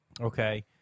Okay